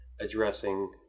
addressing